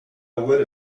would